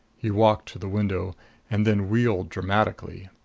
he walked to the window and then wheeled dramatically.